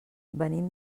venim